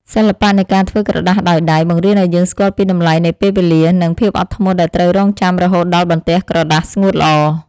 សិល្បៈនៃការធ្វើក្រដាសដោយដៃ បង្រៀនឱ្យយើងស្គាល់ពីតម្លៃនៃពេលវេលា និង ភាពអត់ធ្មត់ដែលត្រូវរង់ចាំរហូតដល់បន្ទះក្រដាសស្ងួតល្អ។